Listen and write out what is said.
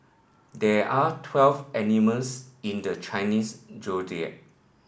there are twelve animals in the Chinese Zodiac